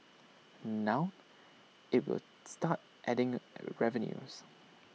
now IT will start adding revenues